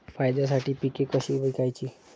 फायद्यासाठी पिके कशी विकायची?